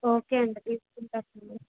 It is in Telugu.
ఒకే అండి తీసుకుంటామండి